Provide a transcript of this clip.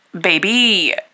baby